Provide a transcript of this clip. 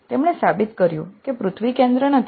પરંતુ તેમણે સાબિત કર્યું કે પૃથ્વી કેન્દ્ર નથી